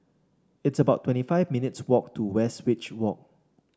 it's about twenty five minutes' walk to Westridge Walk